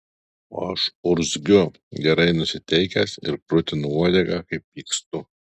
o aš urzgiu gerai nusiteikęs ir krutinu uodegą kai pykstu